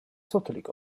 zottelig